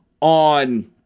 on